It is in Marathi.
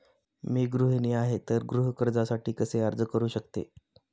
मी गृहिणी आहे तर गृह कर्जासाठी कसे अर्ज करू शकते?